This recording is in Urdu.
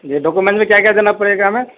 جی ڈاکومنٹ میں کیا کیا دینا پڑے گا ہمیں